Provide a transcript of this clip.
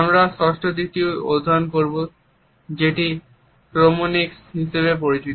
আমরা ষষ্ঠ দিকটি অধ্যয়ন করব যেটি ক্রোনেমিক্স হিসাবে পরিচিত